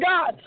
God